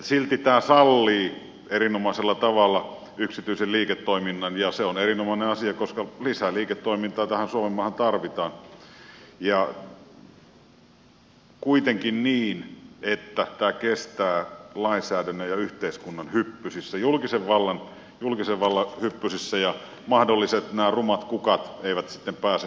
silti tämä sallii erinomaisella tavalla yksityisen liiketoiminnan ja se on erinomainen asia koska lisää liiketoimintaa tähän suomenmaahan tarvitaan kuitenkin niin että tämä kestää lainsäädännön ja yhteiskunnan hyppysissä julkisen vallan hyppysissä ja mahdolliset rumat kukat eivät sitten pääse niin paljon tässä rehottamaan